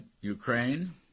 Ukraine